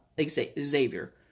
Xavier